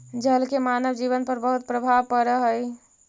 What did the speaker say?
जल के मानव जीवन पर बहुत प्रभाव पड़ऽ हई